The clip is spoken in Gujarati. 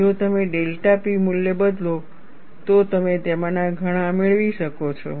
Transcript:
જો તમે ડેલ્ટા P મૂલ્ય બદલો તો તમે તેમાંના ઘણા મેળવી શકો છો